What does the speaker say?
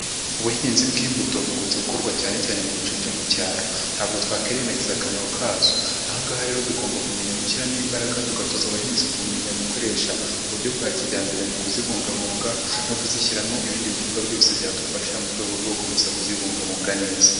Ubuhinzi bw'imbuto bukunze gukorwa cyanecyane mu bice byo mu cyaro, ntabwo twakwirengagiza akamaro kazo ahangaha rero tugomba kumenya gushyiramo imbaraga tugatoza abahinzi kumenyabumenya gukoresha uburyo bwa kijyambere mu kuzibungabunga no kuzishyiramo ibindi bikorwa byose byadufasha mu rwego rwo gukomeza kuzibungabunga neza.